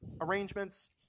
arrangements